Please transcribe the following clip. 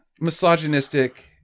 misogynistic